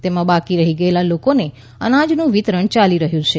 તેમાં બાકી રહીગયેલા લોકોને અનાજનું વિતરણ ચાલી રહ્યું છે